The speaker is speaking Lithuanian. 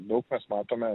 daug mes matome